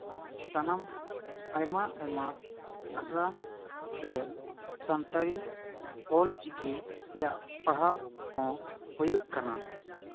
ᱥᱟᱱᱟᱢ ᱟᱭᱢᱟ ᱟᱭᱢᱟ ᱟᱥᱲᱟ ᱨᱮ ᱥᱟᱱᱛᱟᱲᱤ ᱚᱞᱪᱤᱠᱤ ᱨᱮᱭᱟᱜ ᱯᱟᱲᱦᱟᱣ ᱦᱚᱸ ᱦᱩᱭᱩᱜ ᱠᱟᱱᱟ